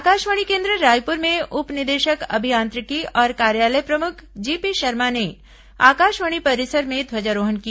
आकाशवाणी केन्द्र रायपुर में उप निदेशक अभियांत्रिकी और कार्यालय प्रमुख जीपी शर्मा ने आकाशवाणी परिसर में ध्वजारोहण किया